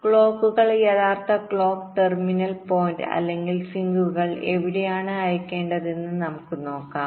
ക്ലോക്കുകൾ യഥാർത്ഥ clock terminal പോയിന്റ്അല്ലെങ്കിൽ സിങ്കുകൾ എവിടെയാണ് അയക്കേണ്ടതെന്ന് നമുക്ക് നോക്കാം